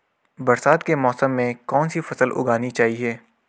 बरसात के मौसम में कौन सी फसल उगानी चाहिए?